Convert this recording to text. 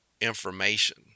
information